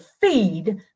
feed